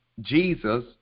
Jesus